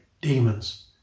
demons